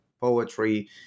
poetry